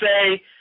say